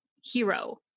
hero